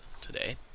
today